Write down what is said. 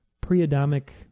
pre-Adamic